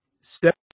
step